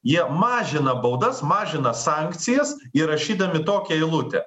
jie mažina baudas mažina sankcijas įrašydami tokią eilutę